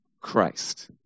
Christ